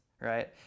right